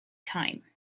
time